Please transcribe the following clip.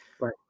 Right